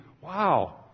wow